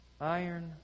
Iron